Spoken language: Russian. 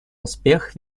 успех